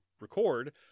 record